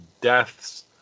deaths